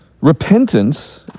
repentance